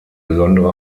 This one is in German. besondere